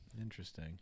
Interesting